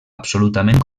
absolutament